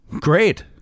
Great